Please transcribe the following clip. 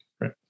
Right